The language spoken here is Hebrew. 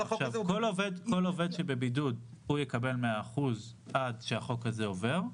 כל החוק הזה הוא --- כל עובד שבבידוד יקבל 100% עד שהחוק הזה עובר,